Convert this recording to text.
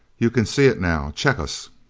you can see it now! check us!